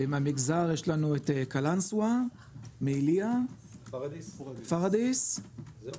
מהמגזר יש לנו את קלנסווה, מעיליא, פוריידיס וזהו.